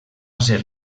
ser